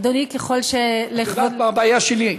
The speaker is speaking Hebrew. אדוני, ככל, את יודעת מה הבעיה שלי?